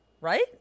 Right